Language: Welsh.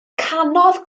canodd